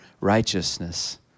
righteousness